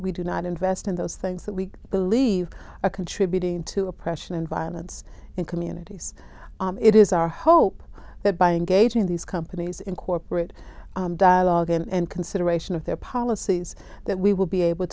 we do not invest in those things that we believe are contributing to oppression and violence in communities it is our hope that by engaging these companies in corporate dialogue and consideration of their policies that we will be able